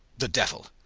the devil!